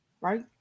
right